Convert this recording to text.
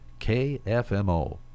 kfmo